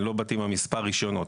אני לא באתי עם מספר הרישיונות.